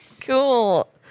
cool